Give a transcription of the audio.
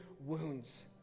wounds